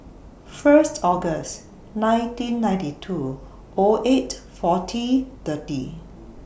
First August nineteen ninety two O eight forty thirty